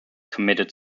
committed